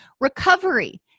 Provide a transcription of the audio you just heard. Recovery